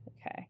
Okay